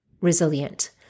resilient